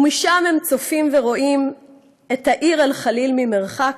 // ומשם הם צופים ורואים / את העיר אל-חליל ממרחק,